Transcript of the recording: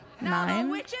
Nine